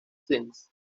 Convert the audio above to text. things